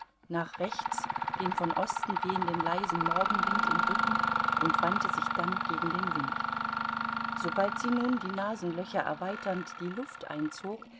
nach rechts den von osten wehenden leisen morgenwind im rücken und wandte sich dann gegen den wind sobald sie nun die nasenlöcher erweiternd die luft einzog